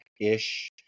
ish